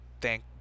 thank